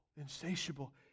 insatiable